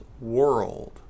world